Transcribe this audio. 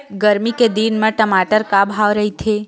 गरमी के दिन म टमाटर का भाव रहिथे?